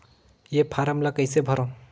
ये फारम ला कइसे भरो?